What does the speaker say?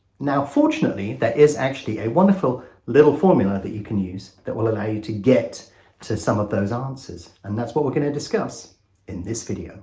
now fortunately there is actually a wonderful little formula that you can use that will allow you to get to some of those answers and that's what we're going to discuss in this video